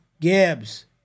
Gibbs